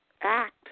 act